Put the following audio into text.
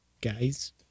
guys